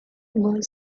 world